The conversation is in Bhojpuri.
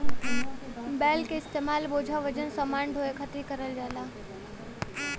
बैल क इस्तेमाल बोझा वजन समान ढोये खातिर करल जाला